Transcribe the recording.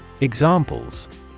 Examples